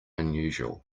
unusual